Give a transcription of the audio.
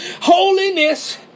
Holiness